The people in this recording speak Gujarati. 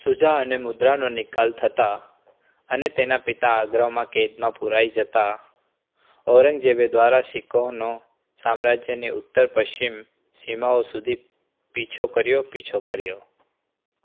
સુજા અને મુદ્રાનો નિકાલ થતાં અને તેના પિતા આગ્રામાં કેદમાં પુરાઈ જતાં ઔરંગઝેબે દારા શિકોહનો સામ્રાજ્યની ઉત્તર પશ્ચિમ સીમાઓ સુધી પીછો કર્યો પીછો કર્યો